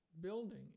building